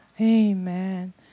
Amen